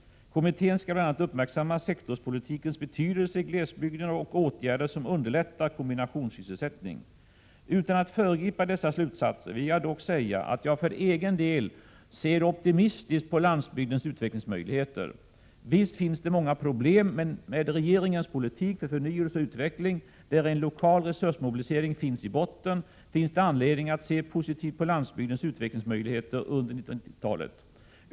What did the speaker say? Kommittén skall bl.a. uppmärksamma sektorspolitikens betydelse i glesbygden och åtgärder som underlättar kombinationssysselsättning. Utan att föregripa dess slutsatser vill jag dock säga att jag för egen del ser optimistiskt på landsbygdens utvecklingsmöjligheter. Visst finns det många problem, men med regeringens politik för förnyelse och utveckling, där en lokal resursmobilisering ligger i botten, finns det anledning att se positivt på landsbygdens utvecklingsmöj ligheter under 1990-talet.